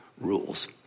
rules